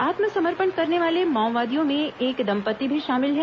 आत्मसमर्पण करने वाले माओवादियों में एक दंपत्ति भी शामिल हैं